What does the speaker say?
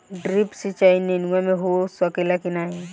Drip सिंचाई नेनुआ में हो सकेला की नाही?